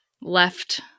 left